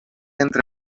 entre